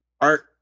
art